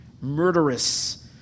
murderous